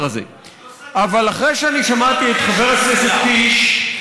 אבל אחרי שאני שמעתי את חבר הכנסת קיש,